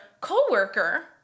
coworker